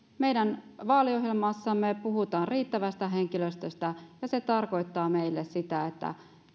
meidän vaaliohjelmassamme puhutaan riittävästä henkilöstöstä ja se tarkoittaa meille sitä että